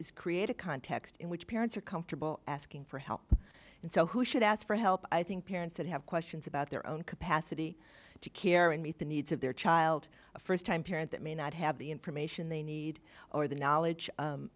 is create a context in which parents are comfortable asking for help and so who should ask for help i think parents should have questions about their own capacity to care and meet the needs of their child a first time parent that may not have the information they need or the knowledge